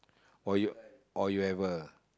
oh you oh you have a